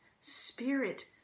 spirit